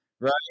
Right